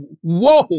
whoa